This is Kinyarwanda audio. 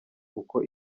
uko